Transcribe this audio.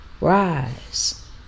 Rise